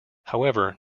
however